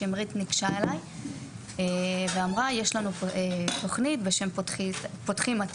שמרית ניגשה אליי ואמרה לי "..יש לנו תוכנית בשם "פותחים עתיד",